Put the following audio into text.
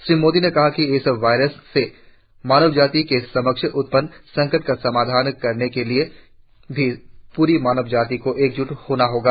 श्री मोदी ने कहा कि इस वायरस से मानवजाति के समक्ष उत्पन्न संकट का समाधान करने के लिए भी पूरी मानवजाति को एकज्ट होना होगा